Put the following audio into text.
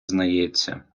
знається